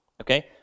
okay